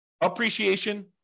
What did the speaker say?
appreciation